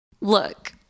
Look